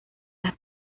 las